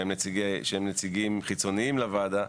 שהם נציגים חיצוניים לוועדה,